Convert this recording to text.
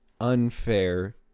unfair